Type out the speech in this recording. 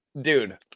dude